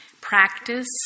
Practice